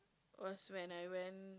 was when I went